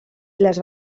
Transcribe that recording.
les